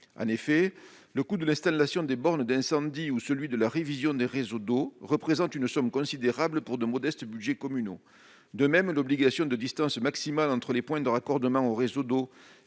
En effet, le coût de l'installation des bornes d'incendie ou celui de la révision des réseaux d'eau représente une somme considérable pour de modestes budgets communaux. De même, l'obligation d'une distance maximale entre les points de raccordement au réseau d'eau